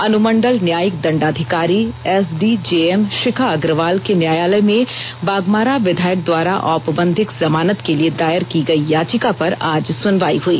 अनुमंडल न्यायिक दंडाधिकारी एसडीजेएम शिखा अग्रवाल के न्यायालय में बाघमारा विधायक द्वारा औपबंधिक जमानत के लिए दायर की गयी याचिका पर आज सुनवाई हुई